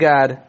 God